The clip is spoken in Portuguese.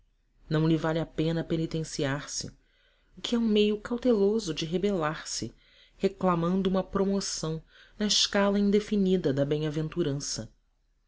não lhe vale a pena penitenciar se o que é um meio cauteloso de rebelar se reclamando uma promoção na escala indefinida da bem-aventurança